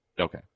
Okay